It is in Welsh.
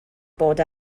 bod